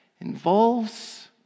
involves